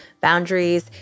boundaries